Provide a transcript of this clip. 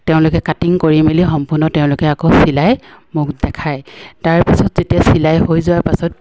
তেওঁলোকে কাটিং কৰি মেলি সম্পূৰ্ণ তেওঁলোকে আকৌ চিলাই মোক দেখায় তাৰপিছত যেতিয়া চিলাই হৈ যোৱাৰ পাছত